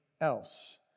else